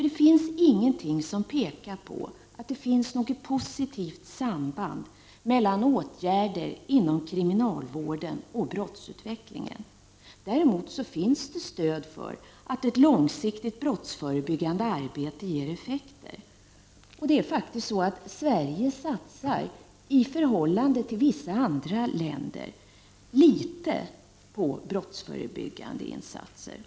Det finns inget som pekar på att det skulle vara ett positivt samband mellan åtgärder inom kriminalvården och brottsutvecklingen. Däremot finns det stöd för att ett långsiktigt brottsförebyggande arbete ger effekt. Sverige — i förhållande till vissa andra länder — satsar litet på brottsförebyggande insatser.